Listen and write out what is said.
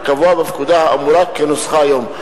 כקבוע בפקודה האמורה כנוסחה היום.